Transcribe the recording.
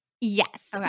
Yes